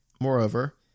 Moreover